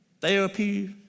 therapy